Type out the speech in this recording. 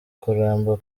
kuramba